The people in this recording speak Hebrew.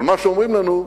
אבל מה שאומרים לנו,